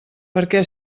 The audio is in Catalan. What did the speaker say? perquè